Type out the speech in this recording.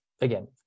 again